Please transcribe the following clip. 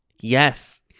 Yes